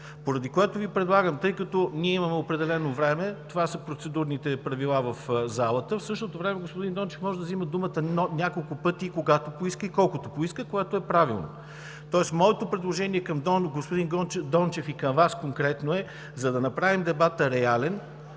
в реален дебат Предлагам, тъй като имаме определено време – това са процедурните правила в залата, в същото време господин Дончев може да взема думата няколко пъти – когато поиска и колкото поиска, което е правилно. Моето предложение към господин Дончев и към Вас конкретно е следното. За да направим дебата реален,